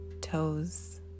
toes